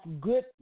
good